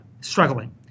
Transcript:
struggling